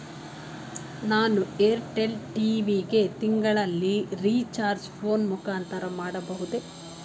ನಾನು Airtel TV ಗೆ ತಿಂಗಳ ರಿಚಾರ್ಜ್ ಫೋನ್ ಮುಖಾಂತರ ಮಾಡಬಹುದೇ?